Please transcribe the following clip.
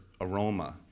aroma